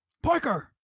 Parker